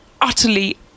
utterly